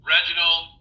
Reginald